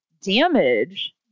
damage